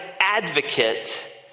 advocate